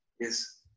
Yes